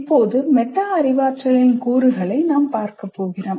இப்போது மெட்டா அறிவாற்றலின் கூறுகளைப் பார்க்கப் போகிறோம்